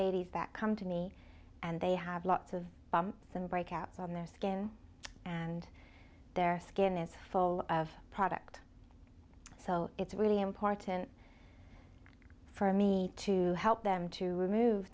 ladies that come to me and they have lots of bumps and breakouts on the skin and their skin is full of product so it's really important for me to help them to remove